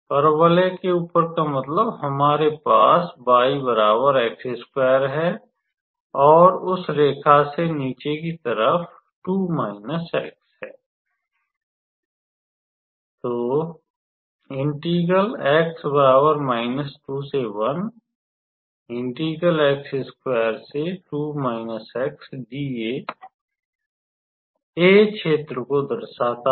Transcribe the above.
परवलय के ऊपर का मतलब है हमारे पास है और उस रेखा से नीचे की तरफ है A क्षेत्र को दर्शाता है